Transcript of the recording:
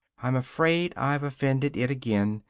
i'm afraid i've offended it again!